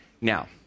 Now